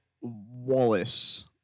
Wallace